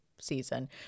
Season